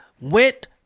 went